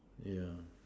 yeah